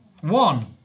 One